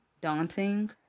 daunting